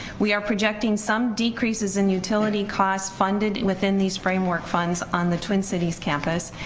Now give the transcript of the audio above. we are projecting some decreases in utility costs funded within these framework funds on the twin cities campus,